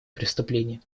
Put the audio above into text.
преступления